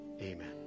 Amen